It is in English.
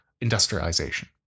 industrialization